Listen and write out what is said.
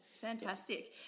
fantastic